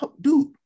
dude